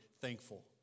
thankful